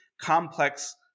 complex